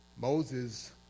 Moses